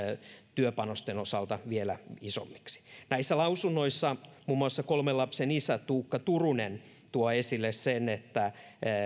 työpanosten osalta vielä isommaksi näissä lausunnoissa muun muassa kolmen lapsen isä tuukka turunen tuo esille sen että